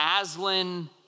Aslan